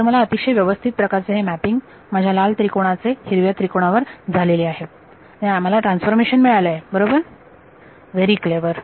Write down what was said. तर मला अतिशय व्यवस्थित प्रकारचे हे मॅपिंग माझ्या लाल त्रिकोणाचे हिरव्या त्रिकोणावर झालेले आहे मला ट्रान्सफॉर्मेशन मिळालं आहे बरोबर खूप हुशार